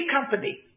company